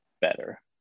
better